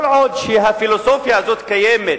כל עוד הפילוסופיה הזו קיימת